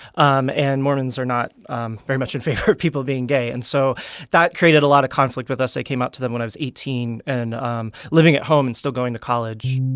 um and mormons are not um very much in favor of people being gay. and so that created a lot of conflict with us. i came out to them when i was eighteen and um living at home and still going to college